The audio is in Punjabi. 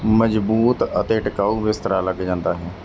ਮਜ਼ਬੂਤ ਅਤੇ ਟਿਕਾਊ ਬਿਸਤਰਾ ਲੱਗ ਜਾਂਦਾ ਹੈ